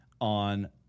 on